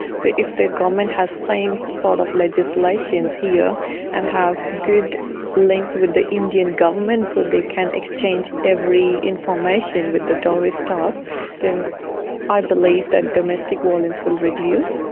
so if the government has same sort of legislations here and have good links with the indian government so they can exchange every information with the dowries stuff then i believe that domestic violence will reduce.